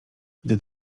gdy